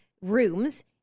rooms